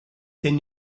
denn